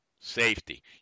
safety